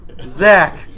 zach